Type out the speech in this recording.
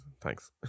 Thanks